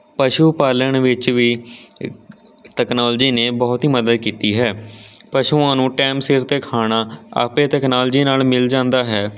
ਪਸ਼ੂ ਪਾਲਣ ਵਿੱਚ ਵੀ ਤਕਨੋਲਜੀ ਨੇ ਬਹੁਤ ਹੀ ਮਦਦ ਕੀਤੀ ਹੈ ਪਸ਼ੂਆਂ ਨੂੰ ਟਾਇਮ ਸਿਰ 'ਤੇ ਖਾਣਾ ਆਪੇ ਤਕਨੋਲਜੀ ਨਾਲ ਮਿਲ ਜਾਂਦਾ ਹੈ